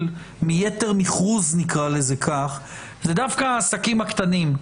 מ"יתר מכרוז" זה דווקא העסקים הקטנים,